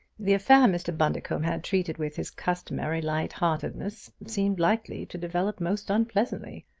the affair mr. bundercombe had treated with his customary light heartedness seemed likely to develop most unpleasantly.